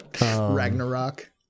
ragnarok